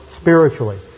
spiritually